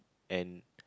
and